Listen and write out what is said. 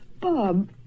Bob